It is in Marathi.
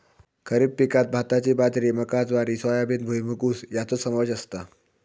खरीप पिकांत भाताची बाजरी मका ज्वारी सोयाबीन भुईमूग ऊस याचो समावेश असता